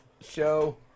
show